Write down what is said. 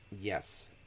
Yes